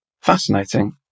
fascinating